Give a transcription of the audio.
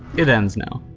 it ends now.